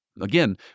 again